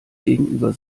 gegenüber